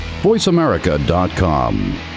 voiceamerica.com